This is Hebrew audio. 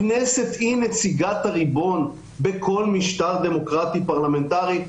הכנסת היא נציגת הריבון בכל משטר דמוקרטי פרלמנטרי,